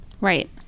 Right